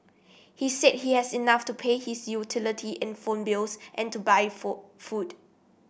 he said he has enough to pay his utility and phone bills and to buy food